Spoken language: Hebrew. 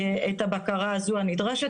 את הבקרה הזו הנדרשת.